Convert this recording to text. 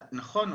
נכון.